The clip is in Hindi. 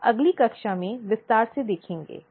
आप अगली कक्षा में विस्तार से देखेंगे